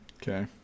okay